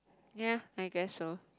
ya I guess so